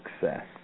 success